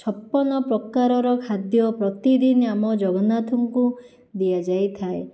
ଛପନ ପ୍ରକାରର ଖାଦ୍ୟ ପ୍ରତିଦିନ ଆମ ଜଗନ୍ନାଥଙ୍କୁ ଦିଆଯାଇଥାଏ